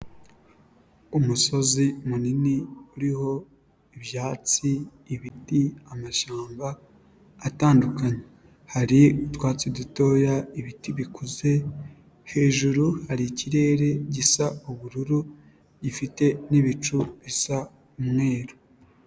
Umusozi munini uriho ibyatsi, ibiti, amashyamba atandukanye. Hari utwatsi dutoya ibiti bikuze hejuru, hari ikirere gisa ubururu, gifite n'ibicu bisa umweru.